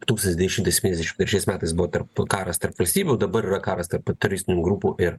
tūkstatis devyni šimtai septyniadešim trečiais metais buvo tarp karas tarp valstybių dabar yra karas tarp tioristinių grupų ir